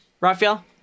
Raphael